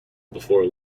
before